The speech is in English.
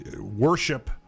worship